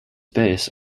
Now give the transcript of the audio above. base